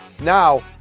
now